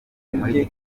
muri